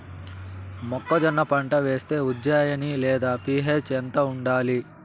మొక్కజొన్న పంట వేస్తే ఉజ్జయని లేదా పి.హెచ్ ఎంత ఉండాలి?